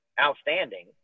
outstanding